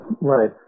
Right